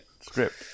script